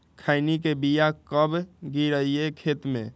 खैनी के बिया कब गिराइये खेत मे?